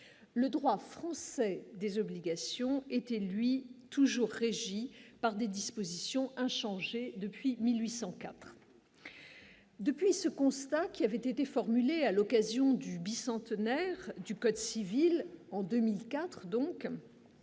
le droit français des obligations était lui toujours régi par des dispositions inchangé depuis 1804. Depuis ce constat qui avaient été formulées à l'occasion du bicentenaire du Code civil en 2004, donc